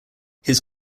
his